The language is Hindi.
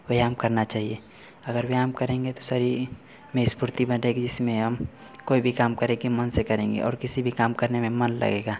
व्यायाम करना चाहिए अगर व्यायाम करेंगे तो शरीर में स्फूर्ति बनेगी जिसमें हम कोई भी काम करे के मन से करेंगे और किसी भी काम करने में मन लगेगा